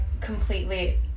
completely